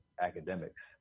academics